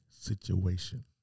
situation